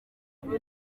avuga